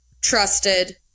trusted